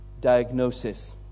diagnosis